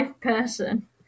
person